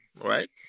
right